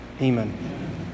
Amen